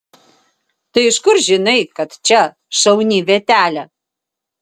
tai iš kur žinai kad čia šauni vietelė